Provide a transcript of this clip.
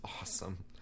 awesome